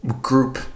group